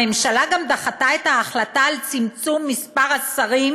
הממשלה גם דחתה את ההחלטה על צמצום מספר השרים